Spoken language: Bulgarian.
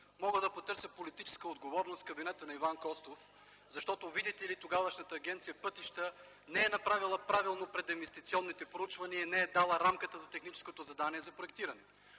мога да потърся политическа отговорност в кабинета на Иван Костов, защото, видите ли, тогавашната Агенция „Пътища” не е направила правилно прединвестиционните проучвания и не е дала рамката за техническото задание за проектиране.